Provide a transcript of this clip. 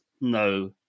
no